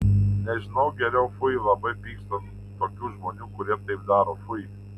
nežinau geriau fui labai pykstu ant tokių žmonių kurie taip daro fui